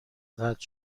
قطع